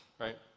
right